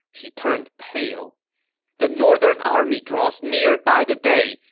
he turned pale the northern army draws nearer by the day,